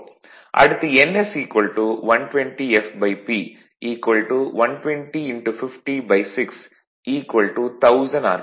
அடுத்து ns 120 fP 120 506 1000 R